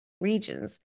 regions